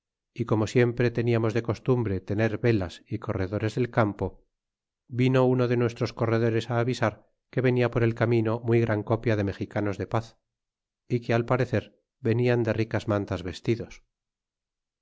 y como siempre teniarnos de costumbre tener velas y corredores del campo vino uno de nuestros corredores á avisar que venia por el camino muy gran copia de mexicanos de paz y que al parecer venian de ricas mantas vestidos